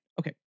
Okay